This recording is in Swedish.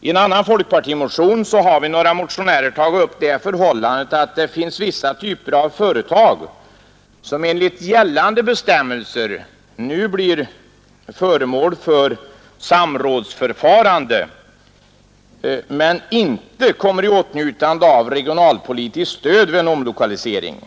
I en annan folkpartimotion har jag och några andra motionärer tagit upp det förhållandet att det finns vissa typer av företag som enligt gällande bestämmelser är föremål för lokaliseringssamråd men som inte kan komma i åtnjutande av regionalpolitiskt stöd vid en omlokalisering.